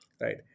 right